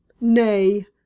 Nay